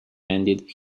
ended